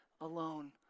alone